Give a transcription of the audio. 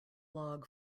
log